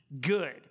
good